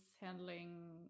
handling